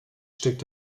steckt